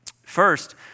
First